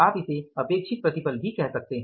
आप इसे अपेक्षित प्रतिफल कह सकते है